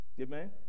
Amen